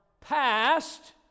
past